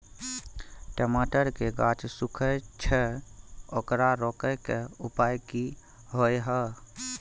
टमाटर के गाछ सूखे छै ओकरा रोके के उपाय कि होय है?